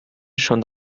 schon